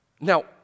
Now